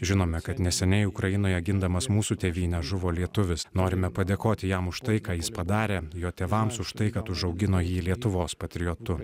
žinome kad neseniai ukrainoje gindamas mūsų tėvynę žuvo lietuvis norime padėkoti jam už tai ką jis padarė jo tėvams už tai kad užaugino jį lietuvos patriotu